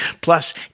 plus